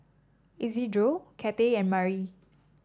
Isidro Cathey and Mari